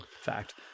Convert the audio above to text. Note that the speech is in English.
fact